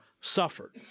suffered